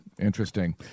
interesting